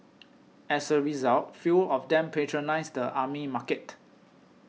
as a result fewer of them patronise the army market